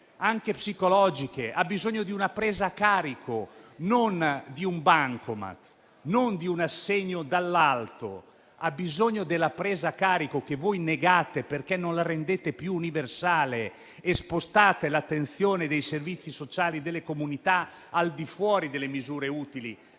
anche psicologiche; ha bisogno di una presa in carico, non di un bancomat, non di un assegno dall'alto. Ha bisogno della presa in carico, che voi negate perché non la rendete più universale e spostate l'attenzione dei servizi sociali, delle comunità, al di fuori delle misure utili